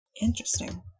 Interesting